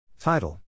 Title